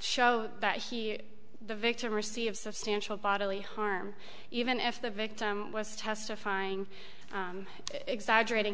show that he the victim receive substantial bodily harm even if the victim was testifying exaggerating